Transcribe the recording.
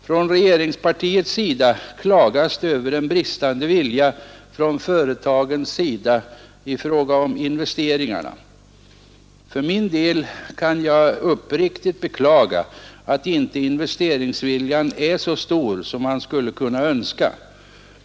Från regeringspartiets sida klagas det över en bristande vilja från företagens sida i fråga om investeringarna. För min del kan jag uppriktigt beklaga att inte investeringsviljan är så stor som man skulle kunna önska.